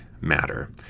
matter